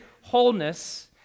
wholeness